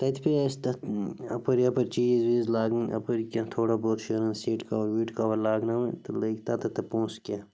تَتہِ پیٚیہِ اَسہِ تَتھ اَپٲرۍ یَپٲرۍ چیٖز ویٖز لاگٕنۍ اَپٲرۍ کیٚنہہ تھوڑا بہت شیرُن سیٖٹ کَوَر ویٖٹہٕ کَوَر لاگناوٕنۍ تہٕ لٔگۍ تَتَتھ تہٕ پونٛسہٕ کیٚنہہ